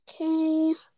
okay